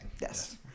Yes